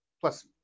plus